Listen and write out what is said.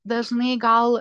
dažnai gal